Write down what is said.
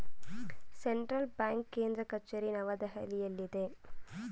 central bank ಕೇಂದ್ರ ಕಚೇರಿ ನವದೆಹಲಿಯಲ್ಲಿದೆ